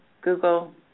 Google